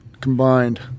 combined